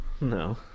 No